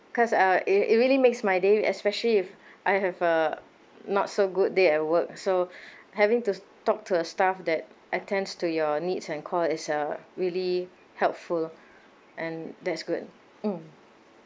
cause uh it it really makes my day especially if I have a not so good day at work so having to talk to a staff that attends to your needs and call is uh really helpful loh and that's good mmhmm